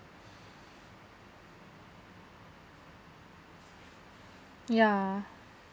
yeah